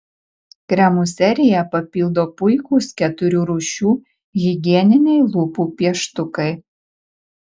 kremų seriją papildo puikūs keturių rūšių higieniniai lūpų pieštukai